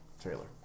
Trailer